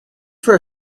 for